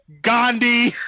Gandhi